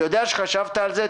אני יודע שחשבת על זה.